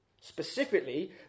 Specifically